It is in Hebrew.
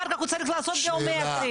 אחר כך צריך לעשות ביומטרית.